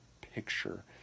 picture